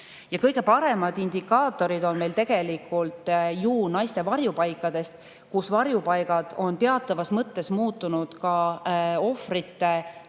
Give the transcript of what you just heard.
Ja kõige paremad indikaatorid on meil tegelikult ju naiste varjupaikadest. Varjupaigad on teatavas mõttes muutunud ka ohvrite